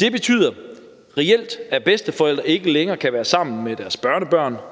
Det betyder reelt, at bedsteforældre ikke længere kan være sammen med deres børnebørn –